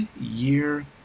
year